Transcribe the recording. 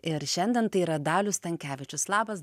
ir šiandien tai yra dalius stankevičius labas